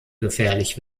gefährlich